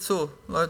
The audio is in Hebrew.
בקיצור, לא יודע.